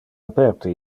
aperte